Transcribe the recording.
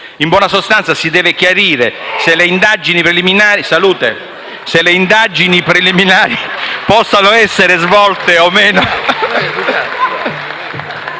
In buona sostanza si deve chiarire se le indagini preliminari possano essere svolte o no